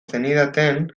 zenidaten